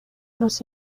los